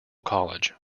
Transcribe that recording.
college